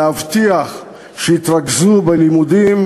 להבטיח שיתרכזו בלימודים,